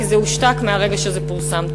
כי זה הושתק מהרגע שזה פורסם.